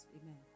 Amen